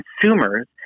consumers